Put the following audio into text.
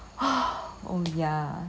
oh ya